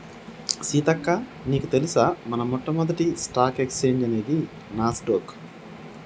సీతక్క నీకు తెలుసా మన మొట్టమొదటి స్టాక్ ఎక్స్చేంజ్ అనేది నాస్ డొక్